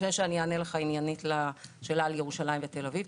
לפני שאענה לך עניינית לשאלה על ירושלים ותל אביב.